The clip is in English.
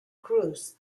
cruz